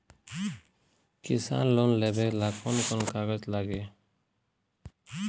किसान लोन लेबे ला कौन कौन कागज लागि?